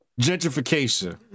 gentrification